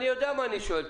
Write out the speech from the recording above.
אני יודע מה אני שואל.